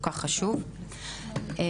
זו לא רק האלימות ברשת,